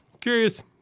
curious